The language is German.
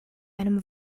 einem